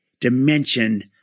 dimension